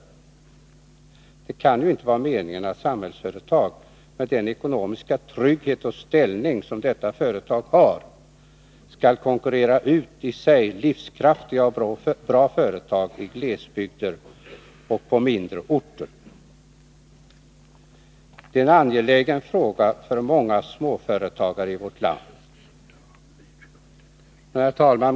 Det kan ju inte vara meningen att Samhällsföretag, med den ekonomiska trygghet och ställning som detta företag har, skall konkurrera ut i sig livskraftiga och bra företag i glesbygder och på mindre orter. Detta är en angelägen fråga för många småföretagare i vårt land. Herr talman!